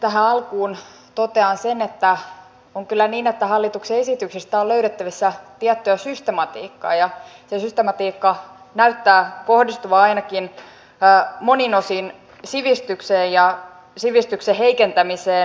tähän alkuun totean sen että on kyllä niin että hallituksen esityksistä on löydettävissä tiettyä systematiikkaa ja se systematiikka näyttää kohdistuvan ainakin monin osin sivistykseen ja sivistyksen heikentämiseen